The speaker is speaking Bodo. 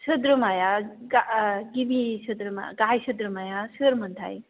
सोद्रोमाया गा गिबि सोद्रोमा गाहाइ सोद्रोमाया सोरमोन थाय